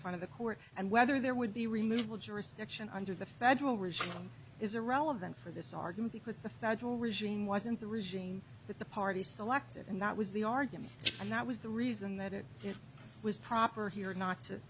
fun of the court and whether there would be removeable jurisdiction under the federal regime is irrelevant for this argument because the federal regime wasn't the regime that the party selected and that was the argument and that was the reason that it was proper here not to